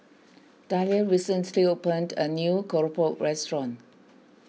Dalia recently opened a new Keropok restaurant